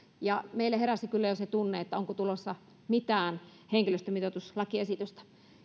meille heräsi kyllä jo se tunne että onko tulossa mitään henkilöstömitoituslakiesitystä